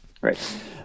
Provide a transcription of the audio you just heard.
Right